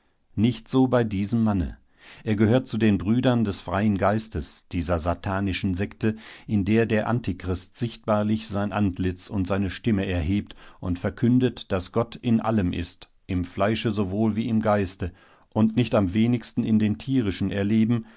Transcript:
nicht so bei diesem manne er gehört zu den brüdern des freien geistes dieser satanischen sekte in der der antichrist sichtbarlich sein antlitz und seine stimme erhebt und verkündet daß gott in allem ist im fleische sowohl wie im geiste und nicht am wenigsten in den tierischen erleben